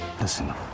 Listen